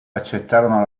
accettarono